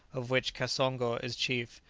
of which kasongo is chief,